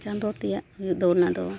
ᱪᱟᱸᱫᱳ ᱛᱮᱭᱟᱜ ᱦᱩᱭᱩᱜ ᱫᱚ ᱚᱱᱟᱫᱚ